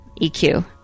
EQ